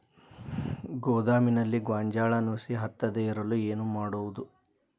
ಗೋದಾಮಿನಲ್ಲಿ ಗೋಂಜಾಳ ನುಸಿ ಹತ್ತದೇ ಇರಲು ಏನು ಮಾಡುವುದು?